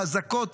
האזעקות,